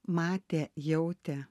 matė jautė